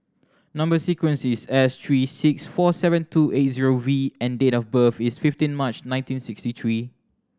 number sequence is S three six four seven two eight zero V and date of birth is fifteen March nineteen sixty three